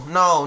no